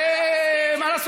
ואתה,